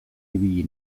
ibili